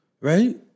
right